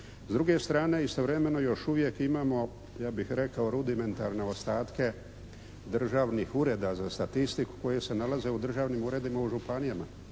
S druge strane istovremeno još uvijek imamo ja bih rekao rudimentalne ostatke državnih ureda za statistiku koje se nalaze u državnim uredima u županijama.